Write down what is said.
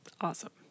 Awesome